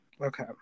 Okay